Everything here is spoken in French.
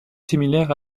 similaire